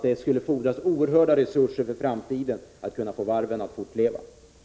Det skulle fordras oerhörda resurser för att få varven att fortleva i framtiden.